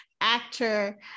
actor